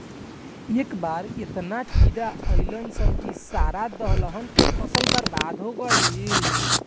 ए बार एतना टिड्डा अईलन सन की सारा दलहन के फसल बर्बाद हो गईल